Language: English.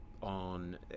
on